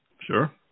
Sure